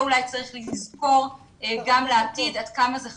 צריך לזכור את זה גם לעתיד ועד כמה זה חשוב,